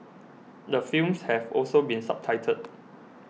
the films have also been subtitled